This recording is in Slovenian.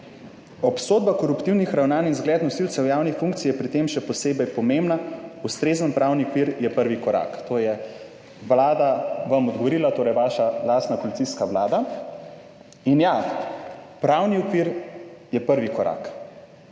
"Obsodba koruptivnih ravnanj in zgled nosilcev javnih funkcij je pri tem še posebej pomembna. Ustrezen pravni okvir je prvi korak." - to je Vlada vam odgovorila, torej vaša lastna koalicijska Vlada. Ja, pravni okvir je prvi korak,